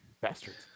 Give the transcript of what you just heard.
bastards